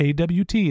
AWT